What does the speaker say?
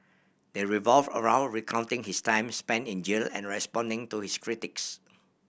they revolve around recounting his time spent in jail and responding to his critics